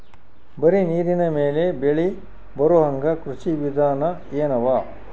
ಬರೀ ನೀರಿನ ಮೇಲೆ ಬೆಳಿ ಬರೊಹಂಗ ಕೃಷಿ ವಿಧಾನ ಎನವ?